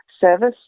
service